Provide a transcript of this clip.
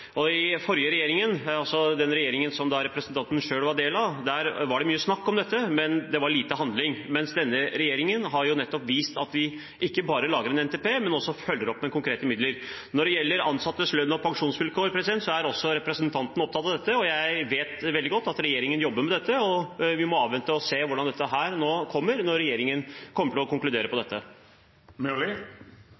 i årene framover. I den forrige regjeringen, altså den regjeringen som representantens parti var en del av, var det mye snakk om dette, men det var lite handling, mens denne regjeringen nettopp har vist at vi ikke bare lager en NTP, men også følger opp med konkrete midler. Når det gjelder ansattes lønns- og pensjonsvilkår, er også representanten opptatt av dette. Jeg vet veldig godt at regjeringen jobber med det, og vi må avvente og se hvordan det nå kommer når regjeringen kommer til å konkludere på dette. Det